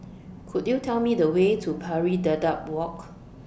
Could YOU Tell Me The Way to Pari Dedap Walk